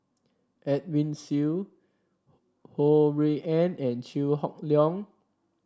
Edwin Siew Ho Rui An and Chew Hock Leong